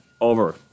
over